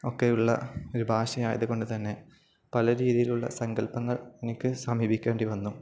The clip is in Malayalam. ഒക്കെയുള്ള ഒരു ഭാഷയായതുകൊണ്ടുതന്നെ പല രീതിയിലുള്ള സങ്കല്പങ്ങൾ എനിക്ക് സമീപിക്കേണ്ടി വന്നു